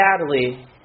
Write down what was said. sadly